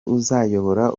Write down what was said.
uzayobora